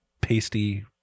pasty